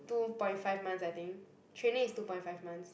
two point five months I think training is two point five months